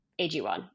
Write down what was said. AG1